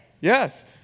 Yes